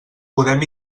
podem